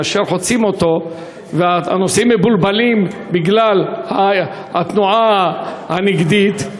וכאשר חוצים אותו הנוסעים מבולבלים בגלל התנועה הנגדית,